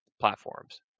platforms